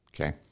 okay